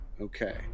okay